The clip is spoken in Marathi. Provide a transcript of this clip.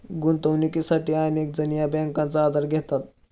गुंतवणुकीसाठी अनेक जण या बँकांचा आधार घेतात